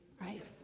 right